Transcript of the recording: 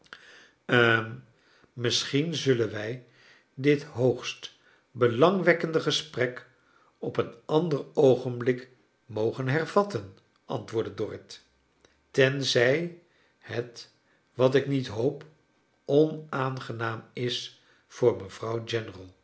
hm misschien zullen wij dit hoogst belangwekkende gesprek op een ander oogenblik mogen hervatten antwoordde dorrit tenzij het wat ik niet hoop onaangenaam is voor mevrouw